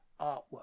artwork